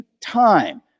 time